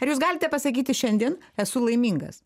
ar jūs galite pasakyti šiandien esu laimingas